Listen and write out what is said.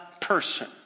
person